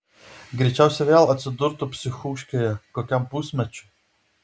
greičiausiai vėl atsidurtų psichūškėje kokiam pusmečiui